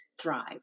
thrive